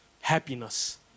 happiness